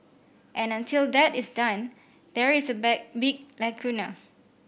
and until that is done there is a bag big lacuna